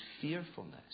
fearfulness